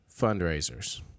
fundraisers